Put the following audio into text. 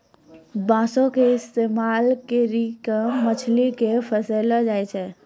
बांसो के इस्तेमाल करि के मछली के फसैलो जाय छै